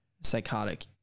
psychotic